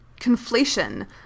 conflation